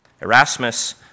Erasmus